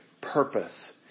purpose